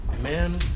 man